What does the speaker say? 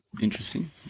Interesting